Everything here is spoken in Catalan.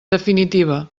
definitiva